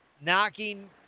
knocking